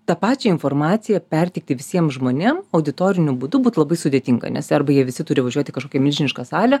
tą pačią informaciją perteikti visiem žmonėm auditoriniu būdu būtų labai sudėtinga nes arba jie visi turi važiuot į kažkokią milžinišką salę